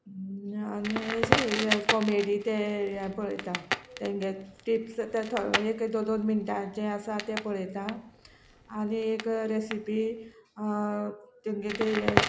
आनी अशी हें कॉमेडी तें हें पळयता तेंगे टिप्स ता थो एक दोन दोन मिणटाचें आसा तें पळयता आनी एक रॅसिपी तेंगें तें हें